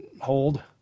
hold